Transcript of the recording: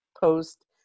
post